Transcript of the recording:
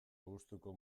gustuko